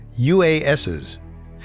UASs